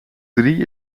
drie